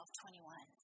21